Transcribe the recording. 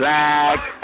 Black